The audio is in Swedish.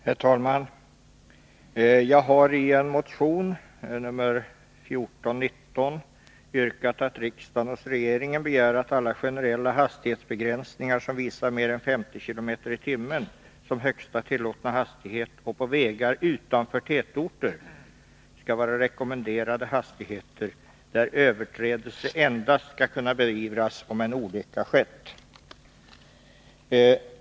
Herr talman! Jag har i en motion nr 1419 yrkat, att riksdagen hos regeringen begär att alla generella hastighetsbegränsningar som visar mer än 50 km/tim som högsta tillåtna hastighet och på vägar utanför tätorter skall vara rekommenderade hastigheter där överträdelse endast skall kunna beivras om en olycka skett.